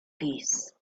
peace